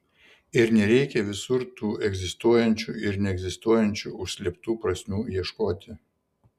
ir nereikia visur tų egzistuojančių ir neegzistuojančių užslėptų prasmių ieškoti